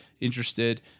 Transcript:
interested